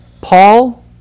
Paul